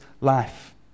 life